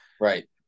Right